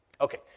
Okay